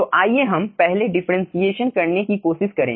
तो आइए हम पहले डिफरेंटशिएशन करने की कोशिश करें